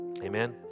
Amen